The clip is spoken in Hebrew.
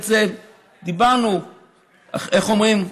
איך אומרים?